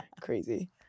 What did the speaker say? Crazy